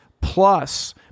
plus